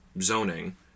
zoning